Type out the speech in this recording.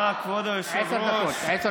עכשיו